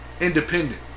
Independent